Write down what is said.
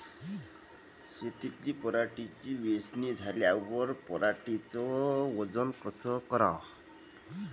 शेतातील पराटीची वेचनी झाल्यावर पराटीचं वजन कस कराव?